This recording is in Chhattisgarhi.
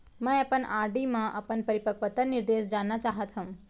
मै अपन आर.डी मा अपन परिपक्वता निर्देश जानना चाहात हव